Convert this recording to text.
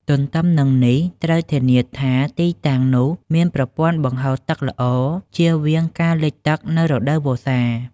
ទន្ទឹមនឹងនេះ ត្រូវធានាថាទីតាំងនោះមានប្រព័ន្ធបង្ហូរទឹកល្អ ជៀសវាងការលិចទឹកនៅរដូវវស្សា។